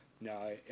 No